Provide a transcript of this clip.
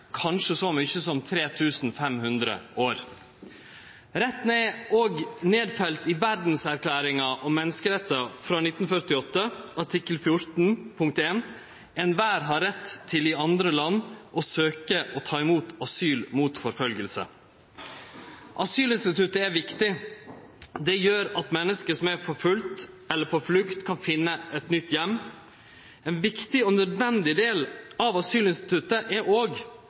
kanskje så mykje som 3 500 år. Retten er òg nedfelt i Verdserklæringa om menneskerettane frå 1948, artikkel 14 punkt 1: «Enhver har rett til i andre land å søke og ta imot asyl mot forfølgelse.» Asylinstituttet er viktig. Det gjer at menneske som er forfølgde eller på flukt, kan finne ein ny heim. Ein viktig og nødvendig del av asylinstituttet er